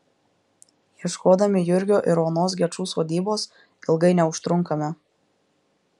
ieškodami jurgio ir onos gečų sodybos ilgai neužtrunkame